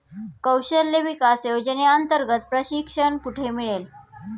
कौशल्य विकास योजनेअंतर्गत प्रशिक्षण कुठे मिळेल?